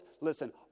Listen